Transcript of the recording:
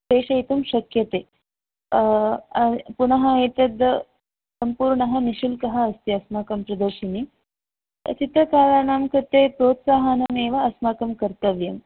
प्रेषयितुं शक्यते पुनः एतद् सम्पूर्णः निश्शुल्कः अस्ति अस्माकं प्रदर्शिनी चित्रकाराणां कृते प्रोत्साहनमेव अस्माकं कर्तव्यम्